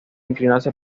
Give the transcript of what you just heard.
inclinarse